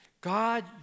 God